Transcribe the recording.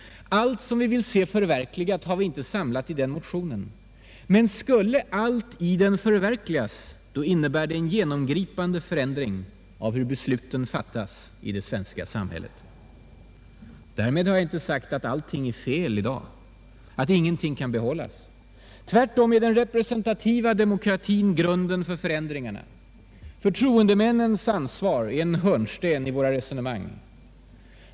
Allt som vi vill se förverkligat har vi inte samlat i den motionen. Men skulle allt i den förverkligas, innebär det en genomgripande förändring av hur besluten fattas i det svenska samhället. Därmed har jag inte sagt att allt är fel i dag, att ingenting kan behållas. Tvärtom är den representativa demokratin grunden för förändringarna. Förtroendemännens ansvar är en hörnsten i våra resonemang.